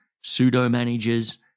pseudo-managers